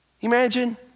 Imagine